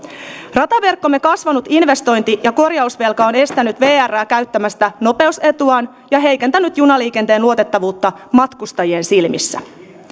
rataverkkomme kasvanut investointi ja korjausvelka on estänyt vrää käyttämästä nopeusetuaan ja heikentänyt junaliikenteen luotettavuutta matkustajien silmissä